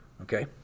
okay